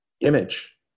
image